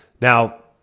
Now